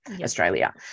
Australia